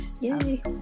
Yay